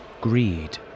Greed